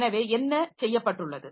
எனவே என்ன செய்யப்பட்டுள்ளது